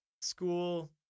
School